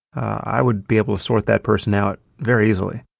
i would be able to sort that person out very easily.